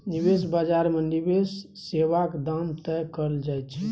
निबेश बजार मे निबेश सेबाक दाम तय कएल जाइ छै